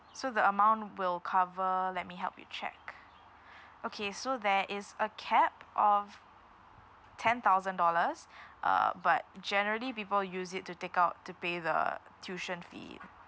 so the amount will cover let me help you check okay so there is a cap of ten thousand dollars uh but generally people use it to take out to pay the tuition fee